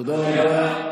תודה רבה.